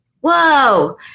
Whoa